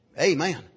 Amen